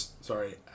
sorry